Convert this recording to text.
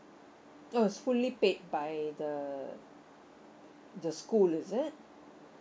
oh it's fully paid by the the school is it